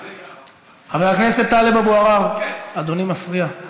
חבר הכנסת טלב אבו עראר, אדוני מפריע.